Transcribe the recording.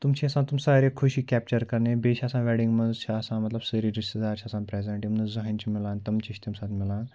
تِم چھِ آسان تِم سارے خوشی کٮ۪پچر کَرنہِ یا بیٚیہِ چھِ آسان وٮ۪ڈنٛگ منٛز چھِ آسان مطلب سٲری رشتہٕ دارچھِ آسان پرٛٮ۪زٮ۪نٛٹ یِم زٕہٕنۍ چھِ مِلان تِم چھِ تہِ تَمہِ سات مِلان